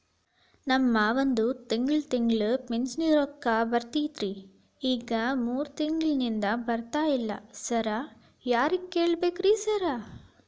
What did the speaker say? ನಮ್ ಮಾವಂದು ತಿಂಗಳಾ ತಿಂಗಳಾ ಪಿಂಚಿಣಿ ರೊಕ್ಕ ಬರ್ತಿತ್ರಿ ಈಗ ಮೂರ್ ತಿಂಗ್ಳನಿಂದ ಬರ್ತಾ ಇಲ್ಲ ಸಾರ್ ಯಾರಿಗ್ ಕೇಳ್ಬೇಕ್ರಿ ಸಾರ್?